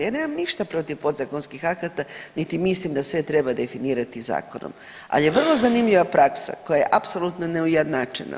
Ja nemam ništa protiv podzakonskih akata niti mislim da sve treba definirati zakonom, ali je vrlo zanimljiva praksa koja je apsolutno neujednačena.